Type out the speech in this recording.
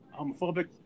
homophobic